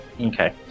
Okay